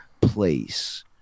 place